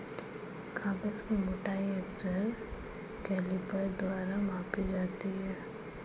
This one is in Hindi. कागज की मोटाई अक्सर कैलीपर द्वारा मापी जाती है